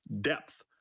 depth